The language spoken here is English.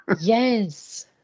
Yes